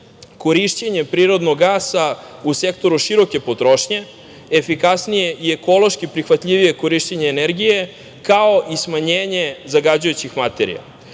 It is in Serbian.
korišćenje prirodnog gasa u sektoru široke potrošnje, efikasnije i ekološki prihvatljivije korišćenje energije, kao i smanjenje zagađujućih materija.S